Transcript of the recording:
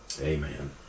Amen